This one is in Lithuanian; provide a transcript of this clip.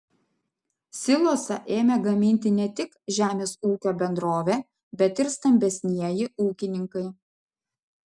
silosą ėmė gaminti ne tik žemės ūkio bendrovė bet ir stambesnieji ūkininkai